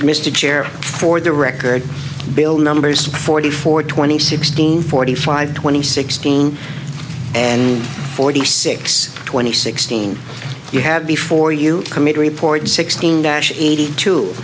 chair for the record bill numbers forty four twenty sixteen forty five twenty sixteen and forty six twenty sixteen you had before you committee report sixteen nash eighty two